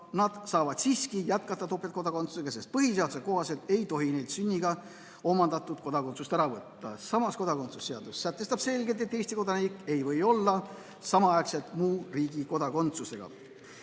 nad saavad siiski jätkata topeltkodakondsusega, sest põhiseaduse kohaselt ei tohi sünniga omandatud kodakondsust ära võtta. Samas, kodakondsuse seadus sätestab selgelt, et Eesti kodanik ei või olla samaaegselt muu riigi kodakondsusega.